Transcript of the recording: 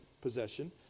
possession